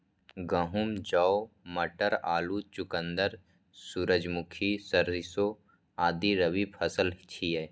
गहूम, जौ, मटर, आलू, चुकंदर, सूरजमुखी, सरिसों आदि रबी फसिल छियै